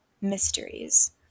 mysteries